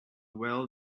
well